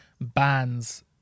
bands